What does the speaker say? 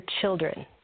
children